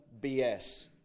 BS